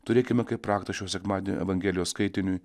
turėkime kaip raktą šio sekmadienio evangelijos skaitiniui